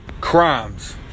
crimes